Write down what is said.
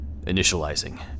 Initializing